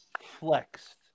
flexed